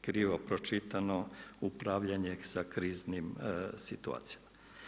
krivo pročitano, upravljanje sa kriznim situacijama.